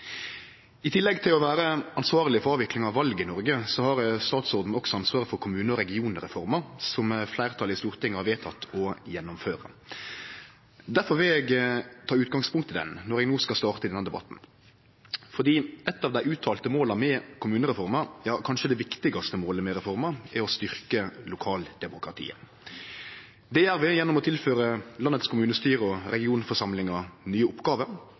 I tillegg til å vere ansvarleg for avvikling av val i Noreg har statsråden ansvar for kommune- og regionreforma som eit fleirtal i Stortinget har vedteke å gjennomføre. Derfor vil eg ta utgangspunkt i henne når eg no skal starte denne debatten. Eit av dei uttalte måla med kommunereforma – ja, kanskje det viktigaste målet med reforma – er å styrkje lokaldemokratiet. Det gjer vi gjennom å tilføre kommunestyra og regionforsamlingane i landet nye oppgåver